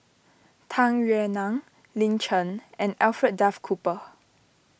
Tung Yue Nang Lin Chen and Alfred Duff Cooper